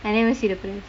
I never see the price